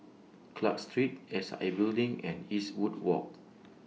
Clarke Street S I Building and Eastwood Walk